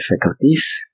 faculties